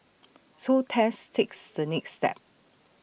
so Tess takes the next step